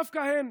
דווקא הן,